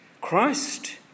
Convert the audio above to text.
Christ